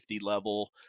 level